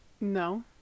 no